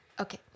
Okay